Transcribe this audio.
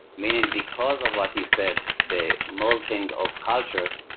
meaning, because of what you said, the melting of cultures,